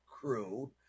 crew